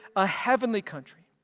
a heavenly country.